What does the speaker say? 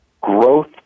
growth